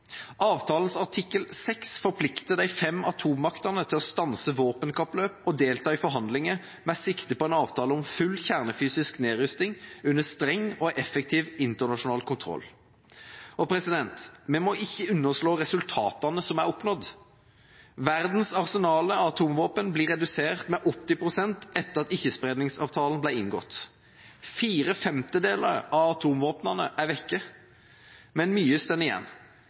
Avtalens artikkel 6 forplikter de fem atommaktene til å stanse våpenkappløp og delta i forhandlinger med sikte på en avtale om full kjernefysisk nedrustning under streng og effektiv internasjonal kontroll. Vi må ikke underslå resultatene som er oppnådd. Verdens arsenaler av atomvåpen ble redusert med 80 pst. etter at ikkespredningsavtalen ble inngått. Fire femtedeler av atomvåpnene er borte. Men mye står igjen.